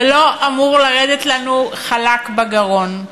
זה לא אמור לרדת לנו חלק בגרון.